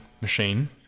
machine